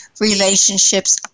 Relationships